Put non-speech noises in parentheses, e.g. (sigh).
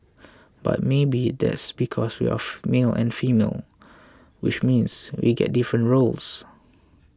but maybe that's because we're (noise) male and female which means we get different roles